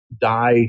die